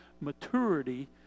maturity